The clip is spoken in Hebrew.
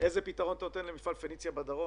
איזה פתרון אתה נותן למפעל "פניציה" בדרום,